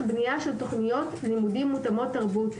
בנייה של תוכניות לימודים מותאמות תרבות.